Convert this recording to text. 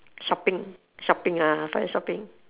shopping shopping ah finally shopping